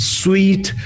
sweet